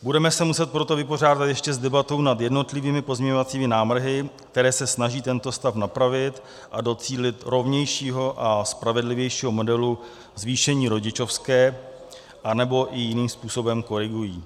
Budeme se muset proto vypořádat ještě s debatou nad jednotlivými pozměňovacími návrhy, které se snaží tento stav napravit a docílit rovnějšímu a spravedlivějšího modelu zvýšení rodičovské, anebo i jiným způsobem korigují.